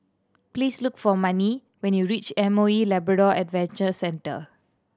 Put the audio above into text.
please look for Manie when you reach M O E Labrador Adventure Centre